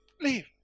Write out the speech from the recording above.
leave